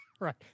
Right